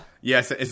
Yes